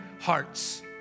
hearts